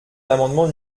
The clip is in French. l’amendement